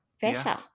better